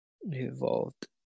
evolved